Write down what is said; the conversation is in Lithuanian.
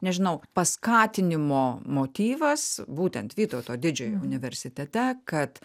nežinau paskatinimo motyvas būtent vytauto didžiojo universitete kad